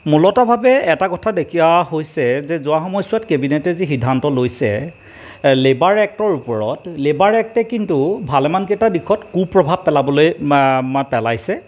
মূলতঃভাৱে এটা কথা দেখি অহা হৈছে যে যোৱা সময়ছোৱাত কেবিনেটে যি সিদ্ধান্ত লৈছে লেবাৰ এক্টৰ ওপৰত লেবাৰ এক্টে কিন্তু ভালেমান কেইটা দিশত কুপ্ৰভাৱ পেলাবলৈ ম পেলাইছে